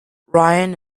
ryan